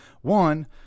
One